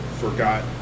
forgot